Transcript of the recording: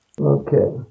Okay